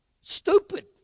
stupid